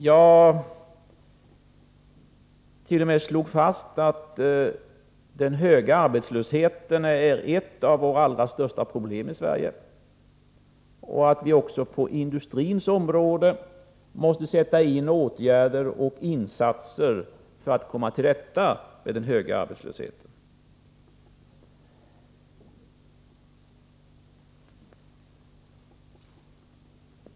Jag t.o.m. slog fast att den höga arbetslösheten är ett av våra allra största problem i Sverige och att vi också på industrins område måste vidta åtgärder och göra insatser för att komma till rätta med den höga arbetslösheten.